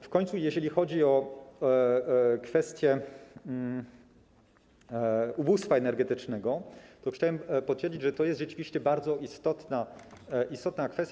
W końcu, jeżeli chodzi o kwestie ubóstwa energetycznego, to chciałem potwierdzić, że jest to rzeczywiście bardzo istotny problem.